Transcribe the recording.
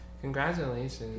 congratulations